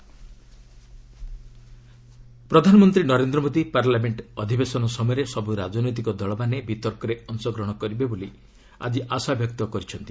PM parliament ପ୍ରଧାନମନ୍ତ୍ରୀ Narendra Modi parliament ଅଧିବେଶନ ସମୟରେ ସବୁ ରାଜନୈତିକ ଦଳମାନେ ବିତର୍କରେ ଅଂଶଗ୍ରହଣ କରିବେ ବୋଲି ଆଜି ଆଶାବ୍ୟକ୍ତ କରିଛନ୍ତି